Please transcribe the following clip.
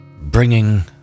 bringing